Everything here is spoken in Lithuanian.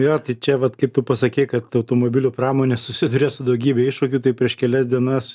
jo tai čia vat kaip tu pasakei kad automobilių pramonė susiduria su daugybe iššūkių tai prieš kelias dienas